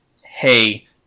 Hey